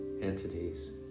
entities